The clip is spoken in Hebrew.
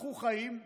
לקחו חיים,